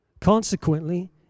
Consequently